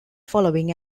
following